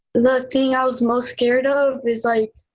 the thing i was most scared of this site.